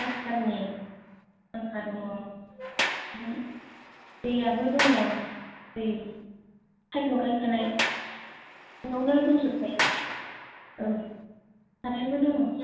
प्लास्टारनि फांखा दङ दैआबो दङ दै पाइप लगायखानाय सिंआवनो दंजोबखायो औ कारेन्टबो दङ